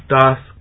task